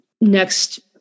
next